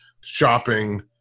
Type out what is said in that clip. shopping